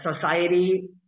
society